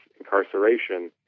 incarceration